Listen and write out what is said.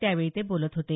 त्यावेळी ते बोलत होते